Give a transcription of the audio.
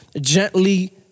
gently